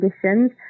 conditions